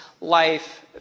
life